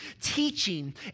teaching